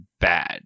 bad